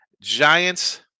Giants